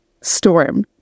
storm